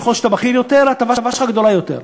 ככל שאתה בכיר יותר, ההטבה שלך גדולה יותר.